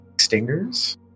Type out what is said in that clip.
stingers